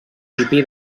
pipí